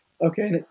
Okay